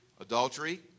Adultery